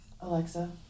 Alexa